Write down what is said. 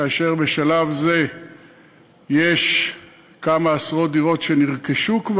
כאשר בשלב זה יש כמה עשרות דירות שכבר נרכשו.